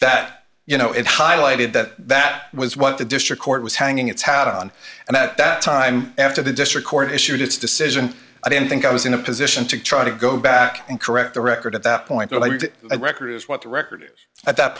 that you know it highlighted that that was what the district court was hanging its hat on and that that time after the district court issued its decision i don't think i was in a position to try to go back and correct the record at that point that i record is what the record at that